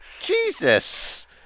Jesus